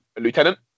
lieutenant